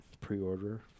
pre-order